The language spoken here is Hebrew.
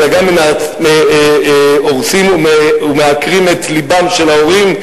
אלא גם הורסים ומעקרים את לבם של ההורים,